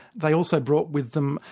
they also brought with them,